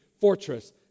Fortress